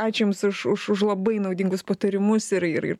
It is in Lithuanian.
ačiū jums už už už labai naudingus patarimus ir ir